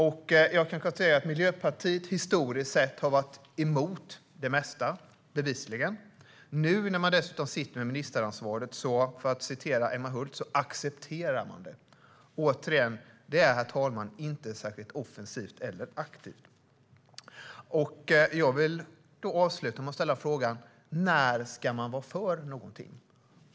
Jag kan konstatera att Miljöpartiet historiskt sett bevisligen har varit emot det mesta. Nu när man dessutom sitter med ministeransvaret accepterar man det, för att använda Emma Hults ord. Det är, herr talman, inte särskilt offensivt eller aktivt. Jag vill avsluta med att fråga: När ska ni vara för någonting?